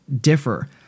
differ